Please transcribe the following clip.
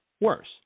worse